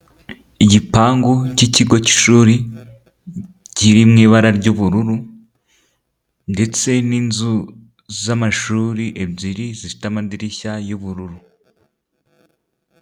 Igipangu cy'ikigo cy'ishuri kiri mu ibara ry'ubururu ndetse n'inzu z'amashuri ebyiri zifite amadirishya y'ubururu.